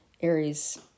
Aries